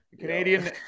Canadian